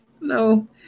No